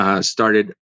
started